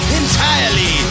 entirely